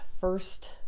first